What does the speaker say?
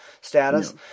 status